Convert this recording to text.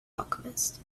alchemist